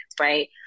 right